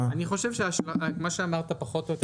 אני חושב שמה שאמרת, פחות או יותר.